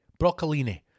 broccolini